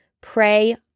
pray